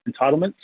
entitlements